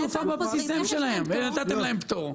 בבסיס האם שלהם, ונתתם להם פטור.